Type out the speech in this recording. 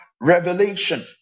revelation